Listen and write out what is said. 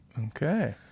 Okay